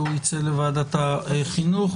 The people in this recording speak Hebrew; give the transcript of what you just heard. הוא יצא לוועדת החינוך,